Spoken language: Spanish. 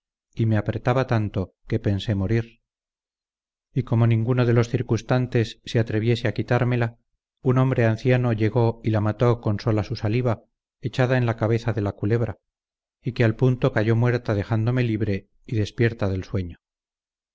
y me apretaba tanto que pensé morir y como ninguno de los circunstantes se atreviese a quitármela un hombre anciano llegó y la mató con sola su saliva echada en la cabeza de la culebra y que al punto cayó muerta dejándome libre y despierta del sueño